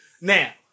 Now